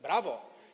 Brawo.